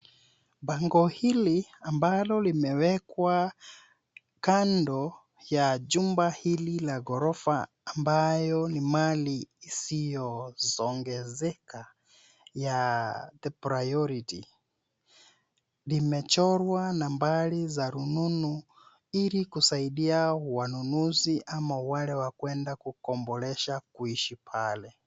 Bango hili ambalo limewekwa kando ya jumba hili la ghorofa ambayo ni mali isiyo songezeka ya [css]The Priority . Limechorwa nambari za rununu ili kusaidia wanunuzi ama wale wa kuenda kukombolesha kuishi pale.